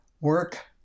work